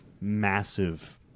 massive